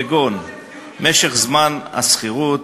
כגון משך זמן השכירות,